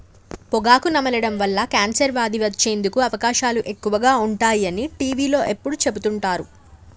పొగాకు నమలడం వల్ల కాన్సర్ వ్యాధి వచ్చేందుకు అవకాశాలు ఎక్కువగా ఉంటాయి అని టీవీలో ఎప్పుడు చెపుతుంటారు